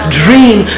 dream